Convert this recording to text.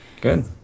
good